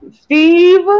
Steve